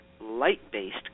light-based